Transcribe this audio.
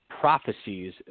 prophecies